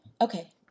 okay